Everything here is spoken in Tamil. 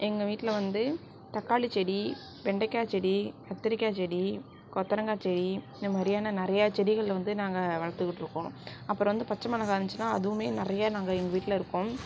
எங்கள் வீட்டில் வந்து தக்காளி செடி வெண்டைக்காய் செடி கத்திரிக்காய் செடி கொத்தரங்காய் செடி இதுமாரியான நிறையா செடிகள் வந்து நாங்கள் வளர்த்துக்கிட்டு இருக்கோம் அப்புறம் வந்து பச்சை மொளகாய் இருந்துச்சுன்னா அதுவும் நிறைய நாங்கள் எங்கள் வீட்டில் இருக்கும்